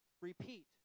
repeat